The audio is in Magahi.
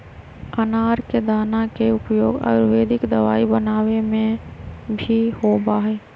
अनार के दाना के उपयोग आयुर्वेदिक दवाई बनावे में भी होबा हई